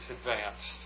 advanced